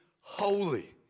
holy